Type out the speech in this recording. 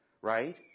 Right